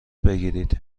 بگیرید